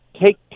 Take